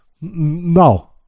No